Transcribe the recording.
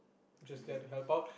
just there to help out